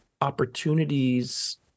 opportunities